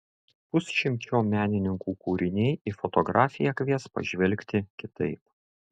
pusšimčio menininkų kūriniai į fotografiją kvies pažvelgti kitaip